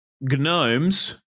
gnomes